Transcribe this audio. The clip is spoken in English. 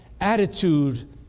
attitude